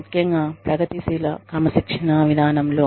ముఖ్యంగా ప్రగతిశీల క్రమశిక్షణా విధానంలో